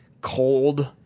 cold